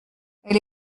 elle